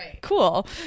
cool